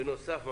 בנוסף,